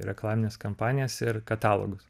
reklamines kampanijas ir katalogus